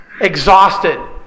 Exhausted